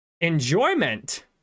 enjoyment